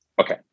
Okay